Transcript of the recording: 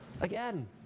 again